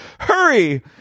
Hurry